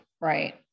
Right